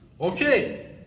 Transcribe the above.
Okay